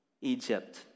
Egypt